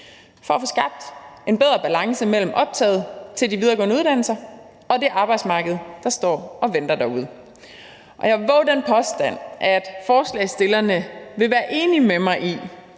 for at få skabt en bedre balance mellem optaget til de videregående uddannelser og det arbejdsmarked, der står og venter derude. Og jeg vil vove den påstand, at forslagsstillerne vil være enige med mig i,